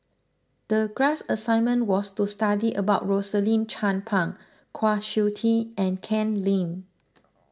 the class assignment was to study about Rosaline Chan Pang Kwa Siew Tee and Ken Lim